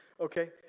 Okay